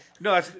No